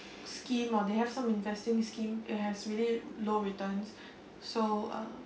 scheme or they have some investing scheme it has really low returns so uh